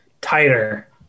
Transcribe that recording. tighter